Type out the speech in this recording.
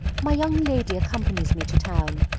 my young lady accompanies me to town,